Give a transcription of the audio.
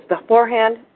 beforehand